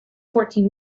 fourteen